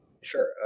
Sure